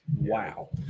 wow